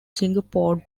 singapore